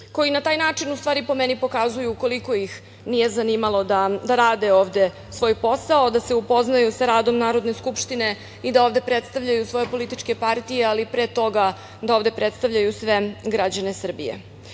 koji na taj način, po meni, pokazuju koliko ih nije zanimalo da rade ovde svoj posao, da se upoznaju sa radom Narodne skupštine i da ovde predstavljaju svoje političke partije, ali pre toga da ovde predstavljaju sve građane Srbije. Neka